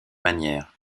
manière